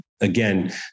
again